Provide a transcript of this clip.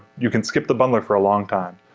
you can skip the bundler for a long time.